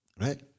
right